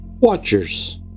Watchers